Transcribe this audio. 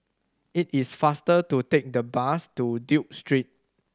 it is faster to take the bus to Duke Street